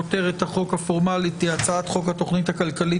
כותרת החוק הפורמלית היא "הצעת חוק התכנית הכלכלית